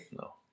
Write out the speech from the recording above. No